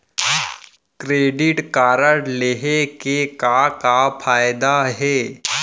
Credit card लेहे के का का फायदा हे?